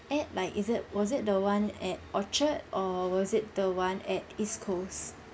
at like is it was it the one at orchard or was it the one at east coast